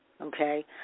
okay